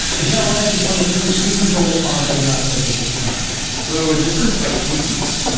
is that what they become in different seasons or are they like that all the time? so it differs by species.